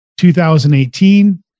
2018